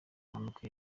mpanuka